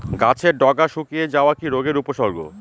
গাছের ডগা শুকিয়ে যাওয়া কি রোগের উপসর্গ?